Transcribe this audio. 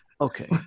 Okay